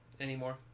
anymore